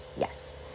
Yes